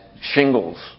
shingles